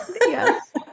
Yes